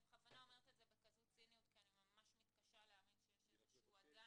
אני בכוונה אומרת זאת בציניות כי אני ממש מתקשה להאמין שיש אדם